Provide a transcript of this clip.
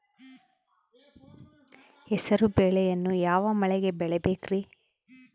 ಹೆಸರುಬೇಳೆಯನ್ನು ಯಾವ ಮಳೆಗೆ ಬೆಳಿಬೇಕ್ರಿ?